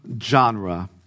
genre